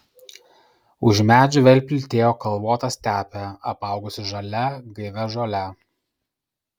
už medžių vėl plytėjo kalvota stepė apaugusi žalia gaivia žole